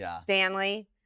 Stanley